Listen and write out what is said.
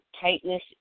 tightness